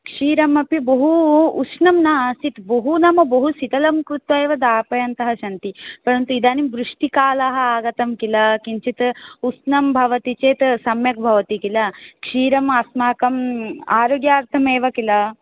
क्षीरमपि बहु उष्णं न आसीत् बहु नाम बहु शीतलं कृत्वा एव दापयन्तः सन्ति परन्तु इदानीं वृष्टिकालः आगतं किल किञ्चित् उष्णं भवति चेत् सम्यक् बवति किल क्षीरमस्माकं आरोग्यार्थमेव किल